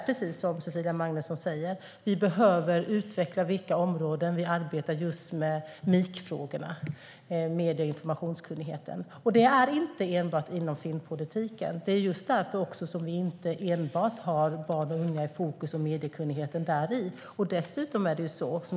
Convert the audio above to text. Precis som Cecilia Magnusson säger behöver vi utveckla vilka områden som ska arbeta med just MIK-frågorna, medie och informationskunnigheten. Det är inte enbart inom filmpolitiken. Det är därför som vi inte enbart har barn och unga i fokus om mediekunnigheten.